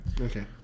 Okay